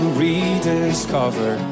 rediscover